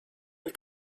and